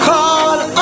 Call